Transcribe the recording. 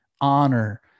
honor